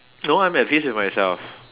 no I'm at peace with myself